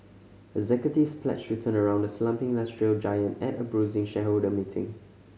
executives pledged to turn around the slumping industrial giant at a bruising shareholder meeting